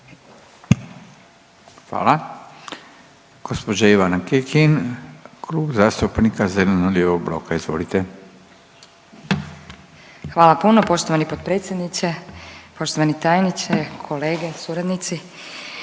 Hvala. Gđa. Ivana Kekin, Klub zastupnika zeleno-lijevog bloka, izvolite. **Kekin, Ivana (NL)** Hvala puno poštovani potpredsjedniče, poštovani tajniče, kolege, suradnici.